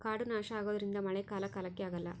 ಕಾಡು ನಾಶ ಆಗೋದ್ರಿಂದ ಮಳೆ ಕಾಲ ಕಾಲಕ್ಕೆ ಆಗಲ್ಲ